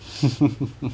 mmhmm